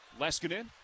Leskinen